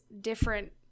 different